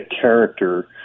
character